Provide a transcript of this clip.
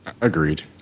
Agreed